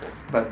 but